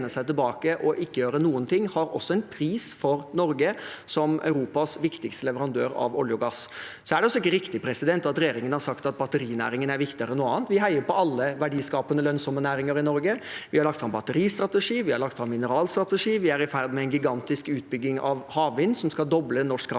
og ikke gjøre noen ting har også en pris for Norge som Europas viktigste leverandør av olje og gass. Det er ikke riktig at regjeringen har sagt at batterinæringen er viktigere enn noe annet. Vi heier på alle verdiskapende, lønnsomme næringer i Norge. Vi har lagt fram en batteristrategi. Vi har lagt fram en mineralstrategi. Vi er i gang med en gigantisk utbygging av havvind, som skal doble norsk